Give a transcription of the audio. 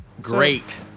Great